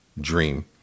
dream